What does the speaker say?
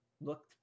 looked